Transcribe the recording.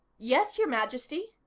yes, your majesty?